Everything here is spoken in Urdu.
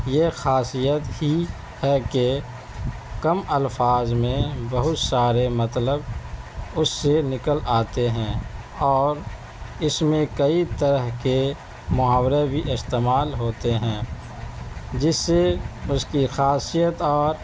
یہ خاصیت ہی ہے کہ کم الفاظ میں بہت سارے مطلب اُس سے نکل آتے ہیں اور اِس میں کئی طرح کے محاورے بھی استعمال ہوتے ہیں جس سے اُس کی خاصیت اور